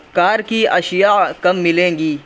کار کی اشیا کب ملے گی